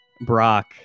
Brock